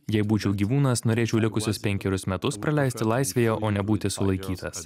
jei būčiau gyvūnas norėčiau likusius penkerius metus praleisti laisvėje o ne būti sulaikytas